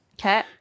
Okay